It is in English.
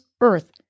earth